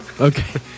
Okay